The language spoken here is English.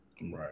Right